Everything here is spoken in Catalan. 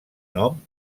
nom